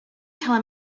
telling